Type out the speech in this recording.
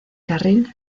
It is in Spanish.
carril